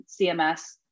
CMS